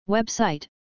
Website